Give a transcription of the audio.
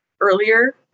earlier